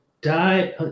die